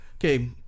okay